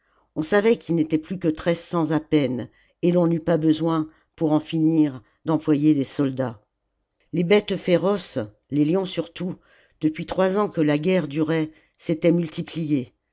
on savait qu'ils n'étaient plus que treize cents à peine et l'on n'eut pas besoin pour en finir d'employer des soldats les bêtes féroces les lions surtout depuis trois ans que la guerre durait s'étaient multipliés